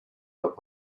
los